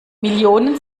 millionen